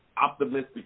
Optimistic